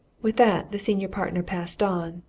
with that the senior partner passed on,